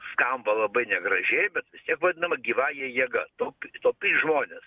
skamba labai negražiai bet vadinama gyvąja jėga taup taupyt žmones